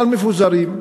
אבל מפוזרים,